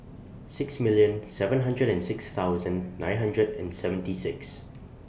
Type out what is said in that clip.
six million seven hundred and six thousand nine hundred and seventy six